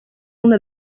una